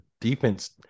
defense